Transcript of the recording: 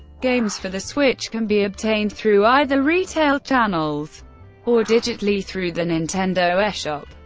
games for the switch can be obtained through either retail channels or digitally through the nintendo eshop.